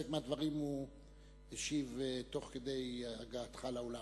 על חלק מהדברים הוא השיב תוך כדי הגעתך לאולם.